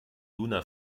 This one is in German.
luna